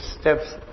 steps